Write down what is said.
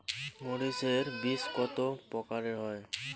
মরিচ এর বীজ কতো প্রকারের হয়?